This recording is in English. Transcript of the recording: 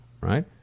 right